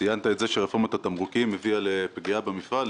ציינת שרפורמת התמרוקים הביאה לפגיעה במפעל.